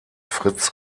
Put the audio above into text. fritz